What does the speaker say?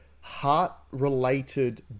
heart-related